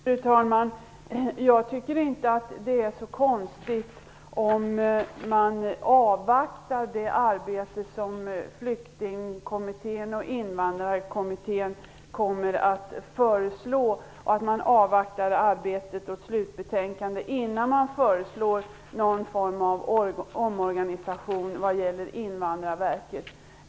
Fru talman! Jag tycker inte att det är så konstigt om man avvaktar Flyktingpolitiska kommitténs och Invandrarpolitiska kommitténs arbete och slutbetänkanden innan man föreslår någon form av omorganisation av Invandrarverket.